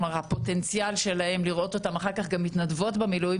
כלומר הפוטנציאל שלהם לראות אותן אחר כך כמתנדבות במילואים